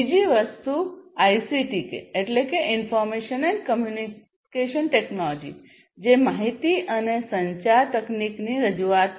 બીજી વસ્તુ આઇસીટી માહિતી અને સંચાર તકનીકની રજૂઆત છે